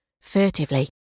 Furtively